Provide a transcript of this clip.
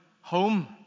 home